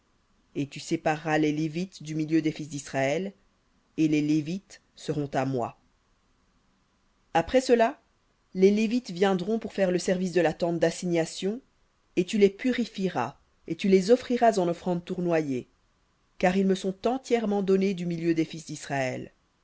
et tu sépareras les lévites du milieu des fils d'israël et les lévites seront à moi après cela les lévites viendront pour faire le service de la tente d'assignation et tu les purifieras et tu les offriras en offrande tournoyée car ils me sont entièrement donnés du milieu des fils d'israël